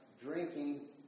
drinking